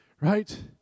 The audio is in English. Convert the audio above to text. Right